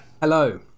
Hello